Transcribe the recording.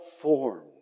formed